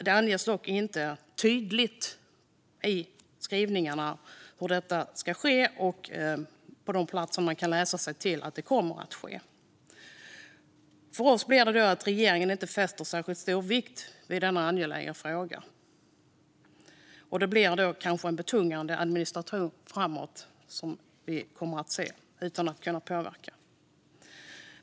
Det anges dock inte tydligt i skrivningarna hur detta ska gå till och på vilka platser det ska ske. Vi anser att regeringen inte fäster särskilt stor vikt vid denna angelägna fråga. Vi kommer därför att se betungande administration i framtiden.